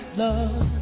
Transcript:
love